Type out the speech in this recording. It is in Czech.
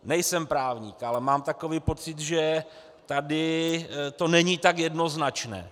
Nejsem právník, ale mám takový pocit, že tady to není tak jednoznačné.